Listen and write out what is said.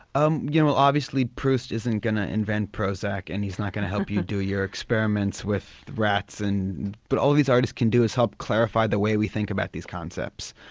um well obviously proust isn't going to invent prozac and he's not going to help you do your experiments with rats. and but all these artists can do is help clarify the way we think about these concepts.